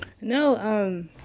No